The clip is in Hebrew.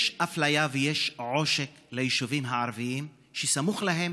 יש אפליה ויש עושק של היישובים הערביים שסמוך להם